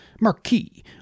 Marquis